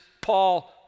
Paul